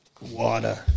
Water